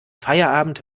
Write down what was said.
feierabend